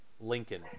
Lincoln